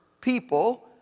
people